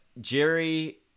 Jerry